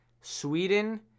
sweden